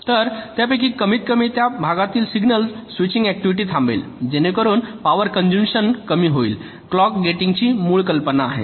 तर त्यापैकी कमीतकमी त्या भागातील सिग्नल स्विचिंग ऍक्टिव्हिटी थांबेल जेणेकरून पॉवर कंझुमशन कमी होईल क्लॉक गेटिंगची ही मूळ कल्पना आहे